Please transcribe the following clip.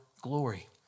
glory